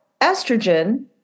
estrogen